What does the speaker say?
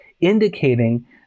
indicating